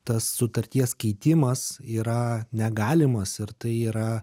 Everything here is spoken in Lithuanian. tas sutarties keitimas yra negalimas ar tai yra